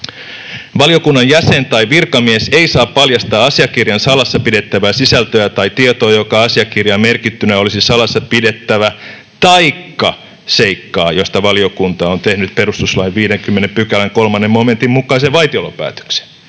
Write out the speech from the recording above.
Valiokunnan jäsen tai virkamies ei saa paljastaa asiakirjan salassa pidettävää sisältöä tai tietoa, joka asiakirjaan merkittynä olisi salassa pidettävä, taikka seikkaa, josta valiokunta on tehnyt perustuslain 50 §:n 3 momentin mukaisen vaitiolopäätöksen.”